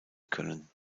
können